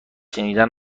شنیدن